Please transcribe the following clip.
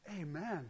amen